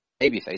babyface